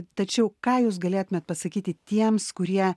tačiau ką jūs galėtumėt pasakyti tiems kurie